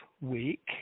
week